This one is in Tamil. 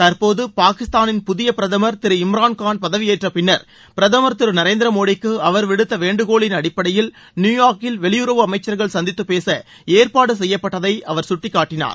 தற்போது பாகிஸ்தானின் புதிய பிரதமர் திரு இம்ரான்கான் பதவியேற்றப்பின்னர் பிரதமர் திரு நரேந்திரமோடிக்கு அவர் விடுத்த வேண்டுகோளின் அடிப்படையில் நியூயார்க்கில் வெளியுறவு அமைச்சர்கள் சந்தித்துப்பேச ஏற்பாடு செய்யப்பட்டதை அவர் கட்டிக்காட்டினார்